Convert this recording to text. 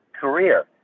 career